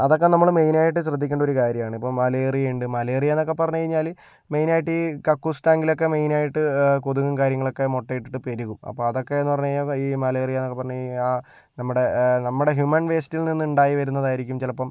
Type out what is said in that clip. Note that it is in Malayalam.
അതൊക്കെ നമ്മൾ മെയിനായിട്ട് ശ്രദ്ധിക്കേണ്ട ഒരു കാര്യമാണ് ഇപ്പോൾ മലേറിയ ഉണ്ട് മലേറിയയെന്നൊക്കെ പറഞ്ഞ് കഴിഞ്ഞാൽ മെയിനായിട്ട് ഈ കക്കൂസ് ടാങ്കിലൊക്കെ മെയിനായിട്ട് കൊതുകും കാര്യങ്ങളൊക്കെ മുട്ട ഇട്ടിട്ട് പെരുകും അപ്പോൾ അതൊക്കെയെന്ന് പറഞ്ഞു കഴിഞ്ഞാൽ ഈ മലേറിയ എന്നൊക്കെ പറഞ്ഞ് കഴിഞ്ഞാൽ നമ്മുടെ നമ്മുടെ ഹ്യുമൺ വേസ്റ്റിൽ നിന്നുണ്ടായി വരുന്നതായിരിക്കും ചിലപ്പോൾ